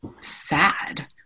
sad